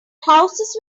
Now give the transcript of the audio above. houses